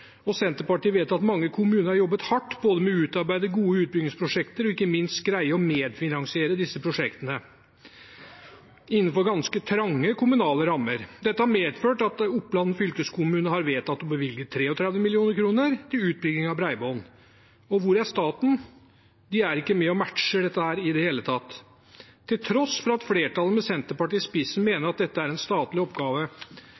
og Senterpartiet vet at mange kommuner har jobbet hardt med både å utarbeide gode utbyggingsprosjekter og ikke minst greie å medfinansiere prosjektene innenfor ganske trange kommunale rammer. Det har medført at Oppland fylkeskommune har vedtatt å bevilge 33 mill. kr til utbygging av bredbånd. Og hvor er staten? Den er ikke med og matcher dette i det hele tatt, til tross for at flertallet med Senterpartiet i spissen